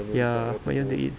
ya what you want to eat